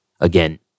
Again